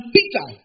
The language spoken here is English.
Peter